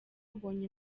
mbonye